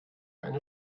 eine